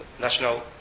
national